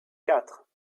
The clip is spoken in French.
quatre